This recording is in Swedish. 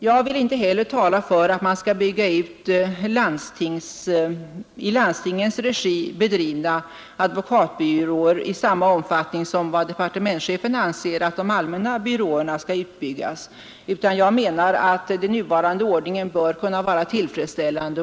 Jag vill inte heller tala för att man skall bygga ut i landstingens regi bedrivna advokatbyråer i samma omfattning som departementschefen anser att de allmänna byråerna skall utbyggas, utan jag menar att den nuvarande ordningen bör kunna vara tillfredsställande.